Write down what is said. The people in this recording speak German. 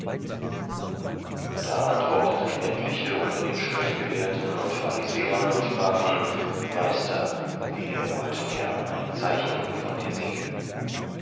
da antworteten etliche unter den schriftgelehrten und pharisäern und sprachen meister wir wollten gern ein zeichen von dir sehen